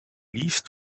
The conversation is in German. liest